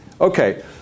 okay